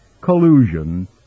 collusion